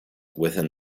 within